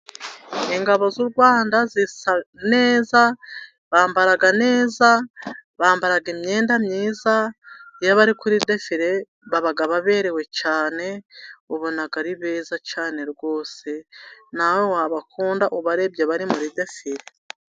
Ingabo z'u rwanda zisa neza bambara neza bambara imyenda myiza, y'abari kuri defire baba baberewe cyane, ubona ari beza cyane rwose nawe wabakunda ubarebye aba murideseri.